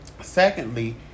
Secondly